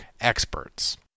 experts